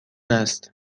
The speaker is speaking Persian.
است